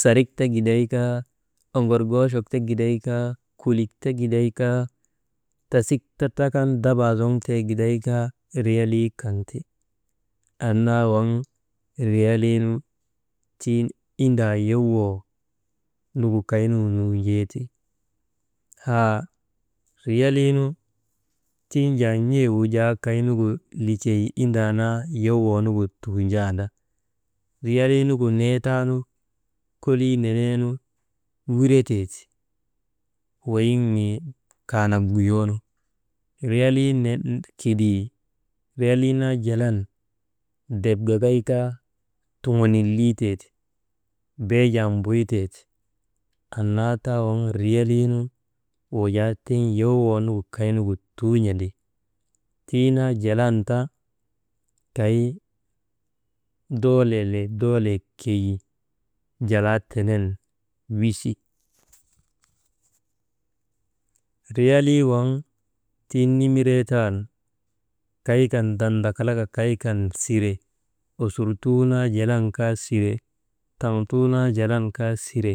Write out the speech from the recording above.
Sarik ta giday kaa, oŋorŋoochok ta giday kaa kolik ta giday kaa, tasik ta trakan dabaa zuŋtee giday kaa, riyalii lolii kan ti. Annaa waŋ, riyalin tiŋ indaa yowoo nugu kaynugu nuujeeti. Haa riyalii nu tiŋ jaa n̰e wujaa kaynugu likey indaa naa yowoo nugu tuujaanda, riyalii nugu nee taanu kolii neneenu wireteeti, weyiŋ mii kaanak guyoonu, riyalin «hesitation» kidii riyalii naa jalan ndrep gagay kaa tuŋunin liitee ti, beejaa mbuytee ti, annaa taa waŋ riyalii nu wujaa tiŋ yowoo nu kay nugu tuujaandi, tiŋ naa jalan ta kaynu ndowlee, le dowlee keyi jaalaa tenen wisi. Riyalii waŋ tiŋ nimiree tan, kay kan ndadakalaka kay sire osurtuu naa jalan kaa sire, taŋtuu naa jalan kaa sire.